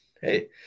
Hey